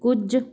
ਕੁੱਝ